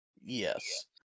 Yes